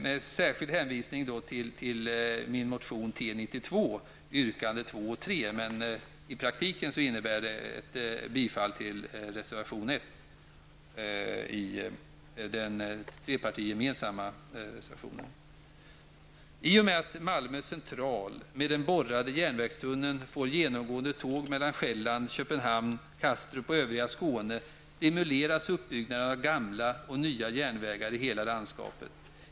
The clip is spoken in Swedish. Med särskild hänvisning till min motion T92 yrkandena 2 och 3 yrkar jag bifall till reservation 1, som tre partier står bakom. Själland, Köpenhamn, Kastrup och övriga Skåne stimuleras uppbyggnaden av gamla och nya järnvägar i hela landskapet.